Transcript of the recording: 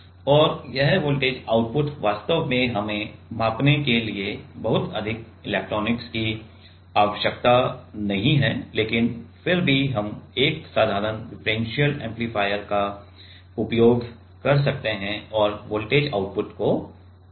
और यह voltage output वास्तव में हमें मापने के लिए बहुत अधिक इलेक्ट्रॉनिक्स की आवश्यकता नहीं है लेकिन फिर भी हम एक साधारण डिफरेंशियल एम्पलीफायर का उपयोग कर सकते हैं और वोल्टेज आउटपुट को बढ़ा सकते हैं